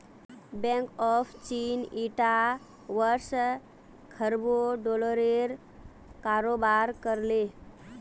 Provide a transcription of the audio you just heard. bank of चीन ईटा वर्ष खरबों डॉलरेर कारोबार कर ले